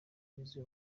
yuzuye